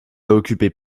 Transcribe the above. occupé